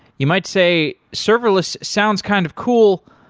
you might say, serverless sounds kind of cool,